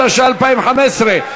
התשע"ה 2015,